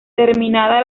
terminada